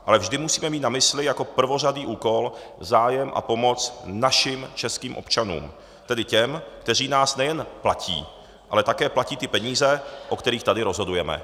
Ale vždy musíme mít na mysli jako prvořadý úkol zájem a pomoc našim českým občanům, tedy těm, kteří nás nejen platí, ale také platí ty peníze, o kterých tady rozhodujeme.